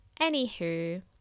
anywho